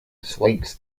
dislikes